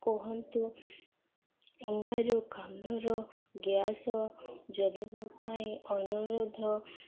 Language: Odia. କୁହନ୍ତୁ ଅଙ୍ଗାରକାମ୍ଳର ଗ୍ୟାସ ଜଲିବା ପାଇଁ ଅନୁରୋଧ